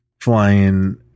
flying